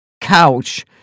couch